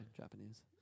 Japanese